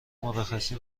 مرخصی